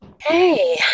hey